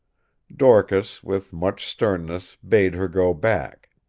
dorcas with much sternness bade her go back.